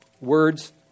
Words